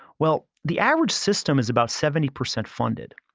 well, the average system is about seventy percent funded.